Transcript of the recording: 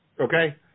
Okay